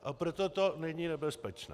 A proto to není nebezpečné.